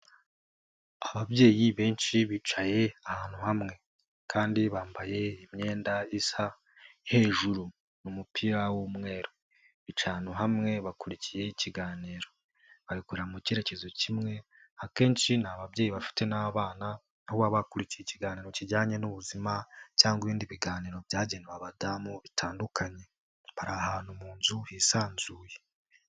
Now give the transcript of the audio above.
Ababyeyi benshi bicaye ahantu hamwe kandi bambaye imyenda isa hejuru, mu mupira w'umweru bicaye ahantu hamwe bakurikiye ikiganiro babikorera mu kerekezo kimwe akenshi ni ababyeyi bafite n'abana aho baba bakurikiye ikiganiro kijyanye n'ubuzima cyangwa ibindi biganiro byagenewe abadamu bitandukanye, bari ahantu mu nzu hisanzuye.